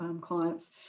clients